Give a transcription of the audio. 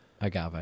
Agave